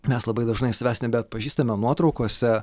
mes labai dažnai savęs nebeatpažįstame nuotraukose